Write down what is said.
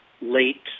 late